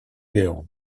wil